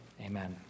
Amen